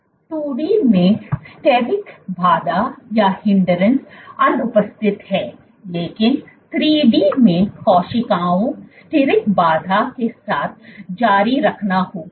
2 D में steric बाधा अनुपस्थित है लेकिन 3D में कोशिकाओं स्टिरिक बाधा के साथ जारी रखना होगा